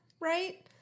Right